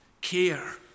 care